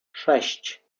sześć